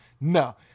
no